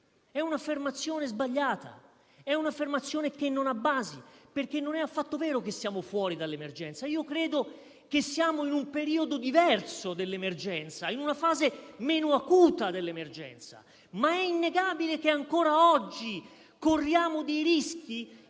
È un'affermazione sbagliata; è un'affermazione che non ha basi, perché non è affatto vero che siamo fuori dall'emergenza. Io credo che siamo in un periodo diverso dell'emergenza, in una fase meno acuta dell'emergenza, ma è innegabile che ancora oggi corriamo dei rischi,